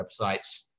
websites